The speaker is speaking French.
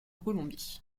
colombie